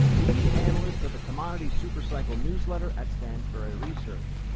lead analyst of the commodity super cycles newsletter at stansberry research.